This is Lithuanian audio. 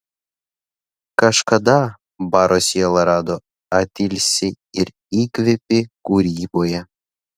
kažkada baro siela rado atilsį ir įkvėpį kūryboje